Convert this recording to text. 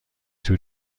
تور